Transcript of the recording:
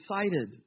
excited